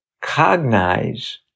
cognize